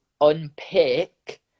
unpick